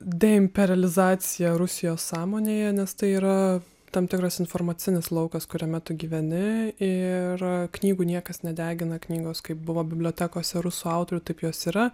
deimperilizacija rusijos sąmonėje nes tai yra tam tikras informacinis laukas kuriame tu gyveni ir knygų niekas nedegina knygos kaip buvo bibliotekose rusų autorių taip jos yra